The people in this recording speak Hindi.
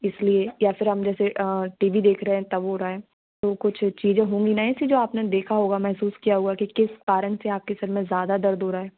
इस लिए या फिर हम जैसे टी वी देख रहे हैं तब हो रहा है तो कुछ चीज़े होंगी ना ऐसी जो आप ने देखा होगा महसूस किया हुआ कि किस कारण से आपके सिर में ज़्यादा दर्द हो रहा है